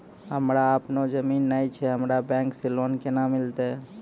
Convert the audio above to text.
हमरा आपनौ जमीन नैय छै हमरा बैंक से लोन केना मिलतै?